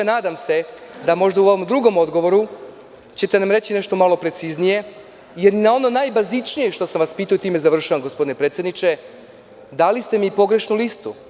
Zato se nadam da možda u ovom drugom odgovoru ćete nam reći nešto malo preciznije, jer i na ono najbazičnije što sam vas pitao, ovim završavam, gospodine predsedniče, dali ste mi pogrešnu listu.